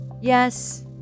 Yes